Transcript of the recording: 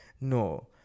No